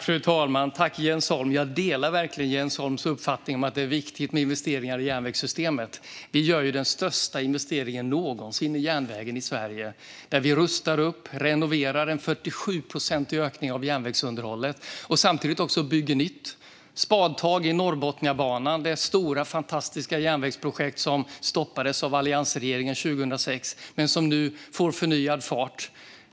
Fru talman! Jag delar verkligen Jens Holms uppfattning att det är viktigt med investeringar i järnvägssystemet. Vi gör ju den största investeringen någonsin i järnvägen i Sverige. Vi rustar upp och renoverar - vi gör en 47-procentig ökning av järnvägsunderhållet - och bygger samtidigt nytt. Spadtag tas för Norrbotniabanan, det stora, fantastiska järnvägsprojekt som stoppades av alliansregeringen 2006 men som nu får förnyad fart.